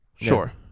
sure